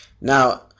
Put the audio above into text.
Now